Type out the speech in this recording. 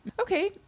okay